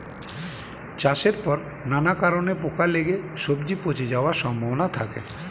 চাষের পর নানা কারণে পোকা লেগে সবজি পচে যাওয়ার সম্ভাবনা থাকে